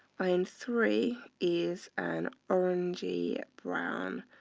iron three is an orangey brown,